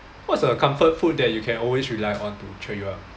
what's your comfort food that you can always rely on to cheer you up